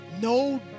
no